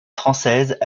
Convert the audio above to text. françaises